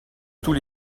tous